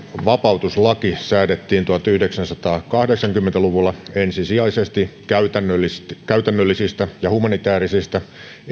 vapautuslaki säädettiin tuhatyhdeksänsataakahdeksankymmentä luvulla ensisijaisesti käytännöllisistä käytännöllisistä ja humanitäärisistä